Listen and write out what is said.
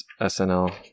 SNL